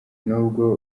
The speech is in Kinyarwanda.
n’ubwo